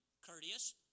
courteous